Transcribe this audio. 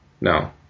No